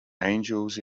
angels